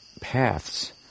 paths